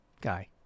guy